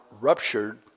ruptured